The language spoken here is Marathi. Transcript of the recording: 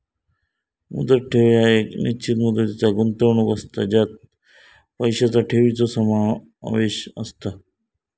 मुदत ठेव ह्या एक निश्चित मुदतीचा गुंतवणूक असता ज्यात पैशांचा ठेवीचो समावेश असता